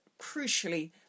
crucially